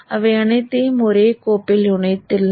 அவை அனைத்தையும் ஒரே கோப்பில் இணைத்துள்ளேன்